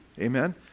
amen